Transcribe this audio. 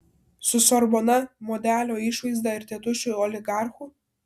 su sorbona modelio išvaizda ir tėtušiu oligarchu